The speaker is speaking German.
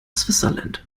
switzerland